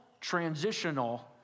transitional